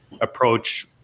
approach